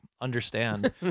understand